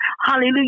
Hallelujah